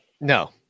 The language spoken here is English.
No